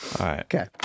Okay